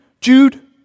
Jude